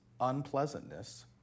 unpleasantness